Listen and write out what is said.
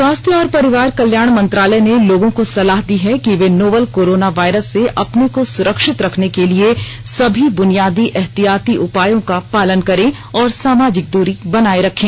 स्वास्थ्य और परिवार कल्याण मंत्रालय ने लोगों को सलाह दी है कि वे नोवल कोरोना वायरस से अपने को सुरक्षित रखने के लिए सभी बुनियादी एहतियाती उपायों का पालन करें और सामाजिक दूरी बनाए रखें